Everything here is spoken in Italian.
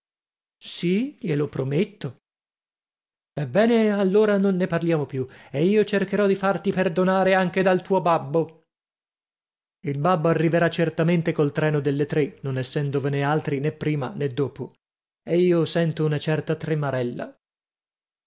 sì glielo prometto ebbene allora non ne parliamo più e io cercherò di farti perdonare anche dal tuo babbo il babbo arriverà certamente col treno delle tre non essendovene altri né prima né dopo e io sento una certa tremarella